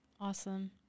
awesome